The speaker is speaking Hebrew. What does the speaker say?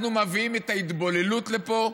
אנחנו מביאים את ההתבוללות לפה,